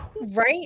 right